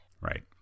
Right